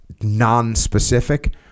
non-specific